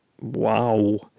wow